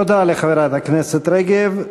תודה לחברת הכנסת רגב.